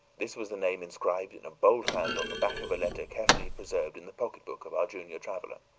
this was the name inscribed in a bold hand on the back of a letter carefully preserved in the pocketbook of our junior traveler.